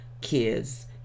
kids